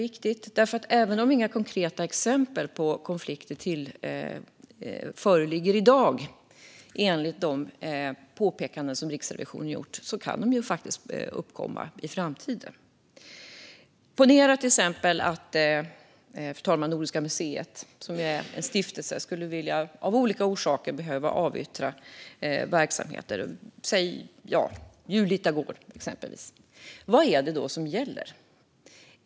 Även om det inte i dag, enligt de påpekanden som Riksrevisionen har gjort, föreligger några konkreta exempel på konflikter kan ju sådana faktiskt uppkomma i framtiden. Ponera till exempel, fru talman, att Nordiska museet, som ju är en stiftelse, av olika orsaker skulle behöva avyttra verksamheter, exempelvis Julita gård. Vad är det då som gäller?